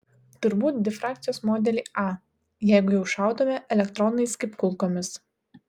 turbūt difrakcijos modelį a jeigu jau šaudome elektronais kaip kulkomis